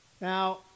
Now